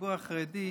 הציבור החרדי,